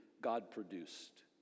God-produced